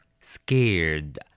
Scared